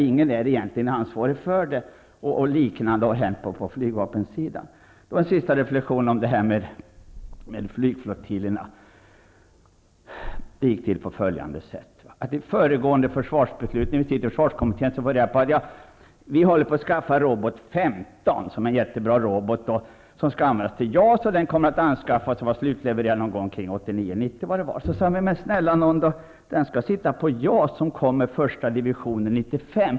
Ingen har egentligen något ansvar. På liknande sätt har det varit på flygvapensidan. Så en sista reflexion om flygflottiljerna. Det har gått till på följande sätt. I försvarskommittén i samband med föregående försvarsbeslut kunde man höra: Vi är i färd med att skaffa oss robot 15, som är en mycket bra robot. Den skall användas till JAS, och den kommer att anskaffas och vara slutlevererad 1989 eller 1990, om jag minns rätt. Då sade någon: Men snälla nån, den skall sitta på JAS, och första divisionen kommer 1995.